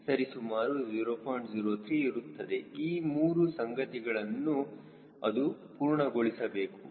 03 ಇರುತ್ತದೆ ಈ 3 ಸಂಗತಿಗಳನ್ನು ಅದು ಪೂರ್ಣಗೊಳಿಸಬೇಕು